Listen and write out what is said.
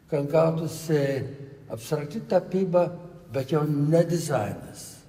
kad gautųsi abstrakti tapyba bet jau ne dizainas